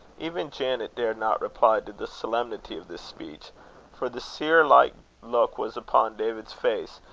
even janet dared not reply to the solemnity of this speech for the seer-like look was upon david's face,